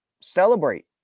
celebrate